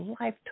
life